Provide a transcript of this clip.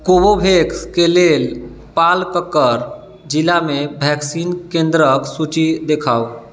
कोवोवेक्सके लेल पालक्कड जिलामे वैक्सीन केंद्रक सूची देखाउ